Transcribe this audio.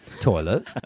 Toilet